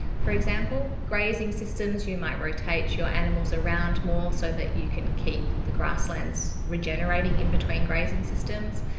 for example. grazing systems, you might rotate your animals around more so that you can keep the grasslands regenerating in between grazing systems.